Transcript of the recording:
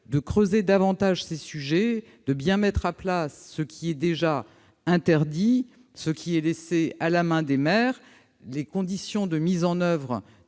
de creuser davantage ces sujets, afin de mettre à plat ce qui est déjà interdit et ce qui est laissé à la main des maires, de rappeler les conditions de mise en oeuvre